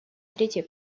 третьей